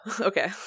Okay